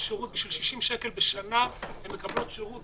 בשביל 60 שקל בשנה הן מקבלות שירות